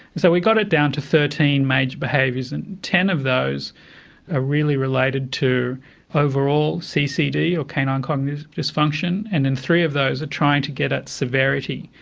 so we got it down to thirteen major behaviours, and ten of those are really related to overall ccd or canine cognitive dysfunction, and then three of those are trying to get at severity.